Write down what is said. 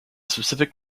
specific